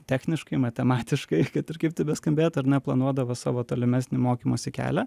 techniškai matematiškai kad ir kaip tai beskambėtų planuodavo savo tolimesnį mokymosi kelią